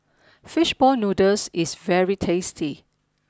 Fish Ball Noodles is very tasty